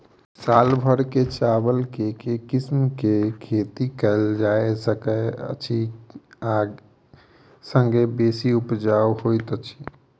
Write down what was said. साल भैर चावल केँ के किसिम केँ खेती कैल जाय सकैत अछि आ संगे बेसी उपजाउ होइत अछि?